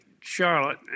Charlotte